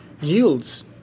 yields